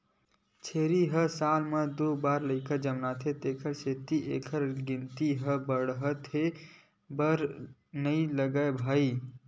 छेरी ह साल म दू बार लइका जनमथे तेखर सेती एखर गिनती ह बाड़हत बेरा नइ लागय गा भइया